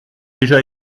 déjà